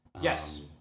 Yes